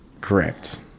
Correct